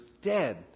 dead